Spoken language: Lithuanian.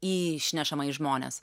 išnešama į žmones